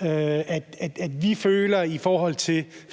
at vi føler fra